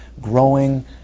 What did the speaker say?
growing